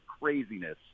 craziness